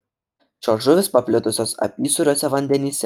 šios žuvys paplitusios apysūriuose vandenyse